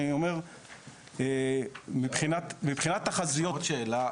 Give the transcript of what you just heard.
מבחינת התחזיות --- עוד שאלה,